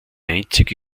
einzige